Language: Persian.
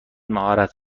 مهارت